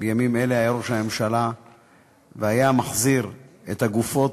היה בימים אלה ראש הממשלה והיה מחזיר את הגופות,